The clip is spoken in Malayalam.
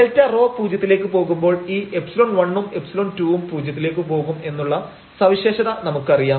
Δρ പൂജ്യത്തിലേക്ക് പോകുമ്പോൾ ഈ ϵ1 ഉം ϵ2 ഉം പൂജ്യത്തിലേക്ക് പോകും എന്നുള്ള സവിശേഷത നമുക്കറിയാം